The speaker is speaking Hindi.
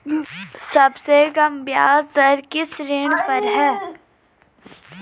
सबसे कम ब्याज दर किस ऋण पर है?